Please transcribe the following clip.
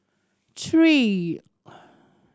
three